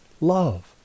love